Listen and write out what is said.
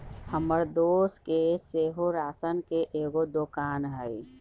हमर दोस के सेहो राशन के एगो दोकान हइ